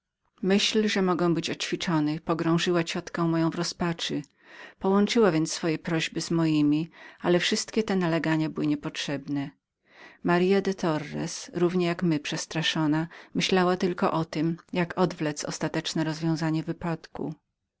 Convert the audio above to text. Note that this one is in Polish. myśl że mogę być ćwiczony pogrążyła moją ciotkę w rozpaczy połączyła więc swoje prośby z mojemi ale wszystkie te nalegania były niepotrzebne marya de torres równie jak my przestraszona myślała tylko o spóźnieniu o ile możności ostatecznego rozwiązania wypadku